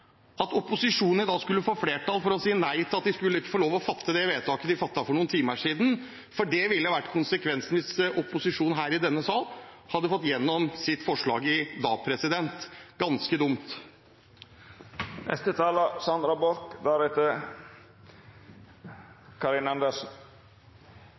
at opposisjonen i dag skulle få flertall for å si nei til at de skulle få lov til å fatte det vedtaket de fattet for noen timer siden. For det ville vært konsekvensen hvis opposisjonen her i denne salen hadde fått igjennom sitt forslag i dag – ganske